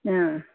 ಹ್ಞೂ